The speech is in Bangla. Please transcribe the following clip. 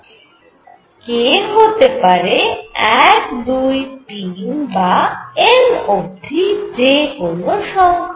k হতে পারে 1 2 3 বা n অবধি যে কোন সংখ্যা